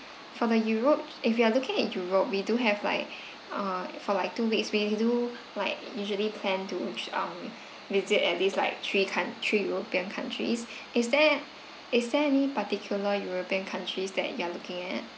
for the europe if you are looking at europe we do have like uh for like two weeks we do like usually tend to um visit at least like three coun~ three european countries is there is there any particular european countries that you are looking at